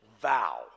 vow